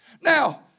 Now